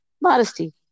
modesty